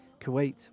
Kuwait